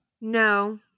No